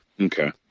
okay